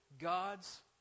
God's